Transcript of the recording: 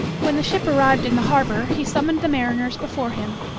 when the ship arrived in the harbor, he summoned the mariners before him.